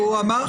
לא,